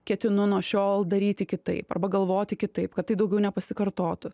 ketinu nuo šiol daryti kitaip arba galvoti kitaip kad tai daugiau nepasikartotų